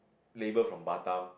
labour from Batam